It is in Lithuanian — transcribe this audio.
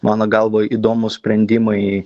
mano galva įdomūs sprendimai